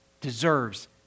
deserves